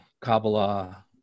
kabbalah